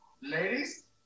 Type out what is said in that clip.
Ladies